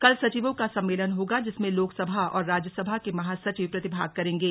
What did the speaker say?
कल सचिवों का सम्मेलन होगा जिसमें लोक सभा और राज्य सभा के महासचिव प्रतिभाग करेंगे